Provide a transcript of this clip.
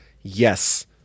yes